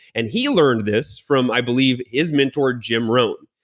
and he learned this from, i believe, his mentor, jim rome.